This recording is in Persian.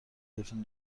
گرفتیم